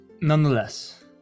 Nonetheless